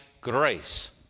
Grace